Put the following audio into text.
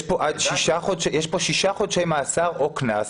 יש פה עד שישה חודשי מאסר או קנס.